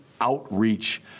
outreach